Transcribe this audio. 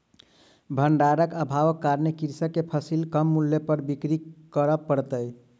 भण्डारक अभावक कारणेँ कृषक के फसिल कम मूल्य पर बिक्री कर पड़लै